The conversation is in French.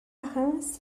reims